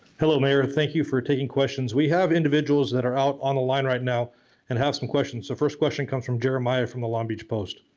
hello mayor thank you for taking questions, we have individuals that are out on the line right now and have some questions the first question comes from jeremiah from the long beach post.